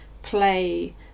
play